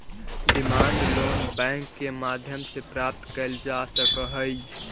demand loan bank के माध्यम से प्राप्त कैल जा सकऽ हइ